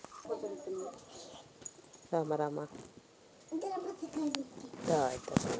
ನೀರಿನಲ್ಲಿ ಸಾರಜನಕ ಮತ್ತೆ ಆಮ್ಲಜನಕದ ಅಣುಗಳು ಸಂಯೋಗ ಆಗಿರ್ತವೆ ಅನ್ನೋದು ವಿಜ್ಞಾನದಲ್ಲಿ ಕಲ್ತಿದ್ದೇವೆ